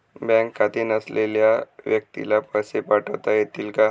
Bank खाते नसलेल्या व्यक्तीला पैसे पाठवता येतील का?